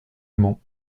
mans